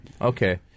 Okay